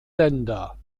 länder